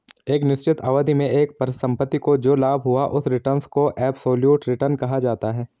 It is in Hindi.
एक निश्चित अवधि में एक परिसंपत्ति को जो लाभ हुआ उस रिटर्न को एबसोल्यूट रिटर्न कहा जाता है